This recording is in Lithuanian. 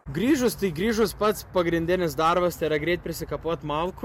grįžus grįžus pats pagrindinis darbas tai yra greit prisikapot malkų